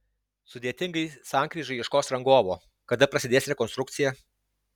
sudėtingai sankryžai ieškos rangovo kada prasidės rekonstrukcija